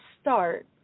start